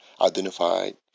identified